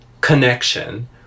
connection